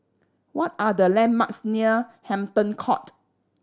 what are the landmarks near Hampton Court